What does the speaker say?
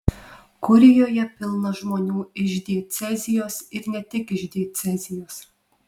kurijoje pilna žmonių iš diecezijos ir ne tik iš diecezijos